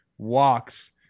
Walks